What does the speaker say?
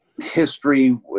history